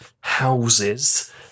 houses